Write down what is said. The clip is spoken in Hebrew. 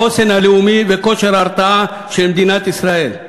החוסן הלאומי וכושר ההרתעה של מדינת ישראל.